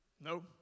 No